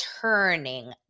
turning